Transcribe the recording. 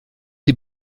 die